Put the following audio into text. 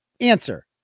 Answer